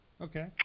Okay